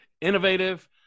innovative